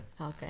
Okay